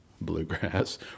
bluegrass